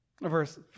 Verse